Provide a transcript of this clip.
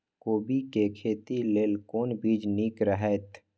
कोबी के खेती लेल कोन बीज निक रहैत?